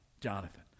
Jonathan